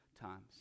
times